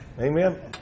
Amen